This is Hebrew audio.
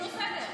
שינו סדר.